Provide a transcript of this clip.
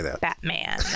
Batman